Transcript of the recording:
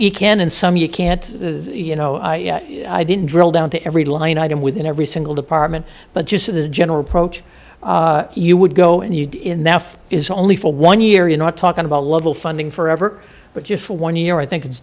you can and some you can't you know i didn't drill down to every line item within every single department but just the general approach you would go and you did enough is only for one year you're not talking about level funding forever but just for one year i think it's